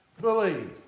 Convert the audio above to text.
believe